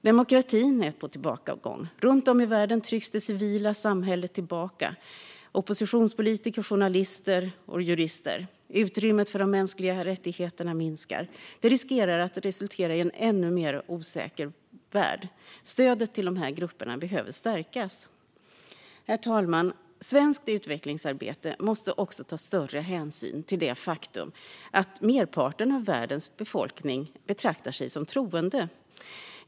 Demokratin är på tillbakagång. Runt om i världen trycks det civila samhället, oppositionspolitiker, journalister och jurister tillbaka. Utrymmet för de mänskliga rättigheterna minskar, och detta riskerar att resultera i en ännu mer osäker värld. Stödet till dessa grupper behöver stärkas. Herr talman! Svenskt utvecklingsarbete måste också ta större hänsyn till det faktum att merparten av världens befolkning betraktar sig som troende.